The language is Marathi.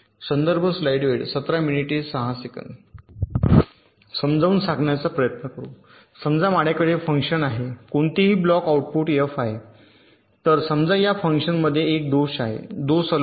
समजावून सांगण्याचा प्रयत्न करू समजा माझ्याकडे फंक्शन आहे कोणतेही ब्लॉक आऊटपुट f आहे तर समजा या फंक्शनमध्ये एक दोष आहे दोष अल्फा आहे